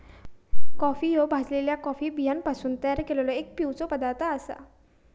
coffee ह्यो भाजलल्या coffee बियांपासून तयार केललो एक पिवचो पदार्थ आसा